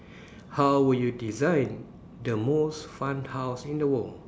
how would you design the most fun house in the world